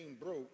broke